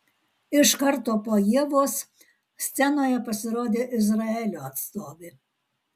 iš karto po ievos scenoje pasirodė izraelio atstovė